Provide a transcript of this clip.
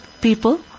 people